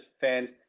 fans